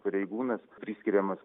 pareigūnas priskiriamas